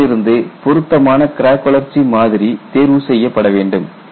இவற்றிலிருந்து பொருத்தமா கிராக் வளர்ச்சி மாதிரி தேர்வு செய்ய வேண்டும்